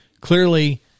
Clearly